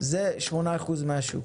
זה 8% מן השוק.